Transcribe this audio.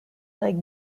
like